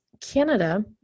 Canada